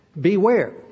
Beware